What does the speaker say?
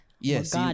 yes